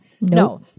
No